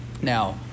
Now